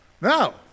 No